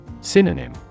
Synonym